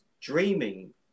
dreaming